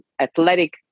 athletic